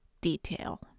Detail